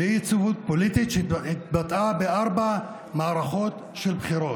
שהתבטאה בארבע מערכות בחירות.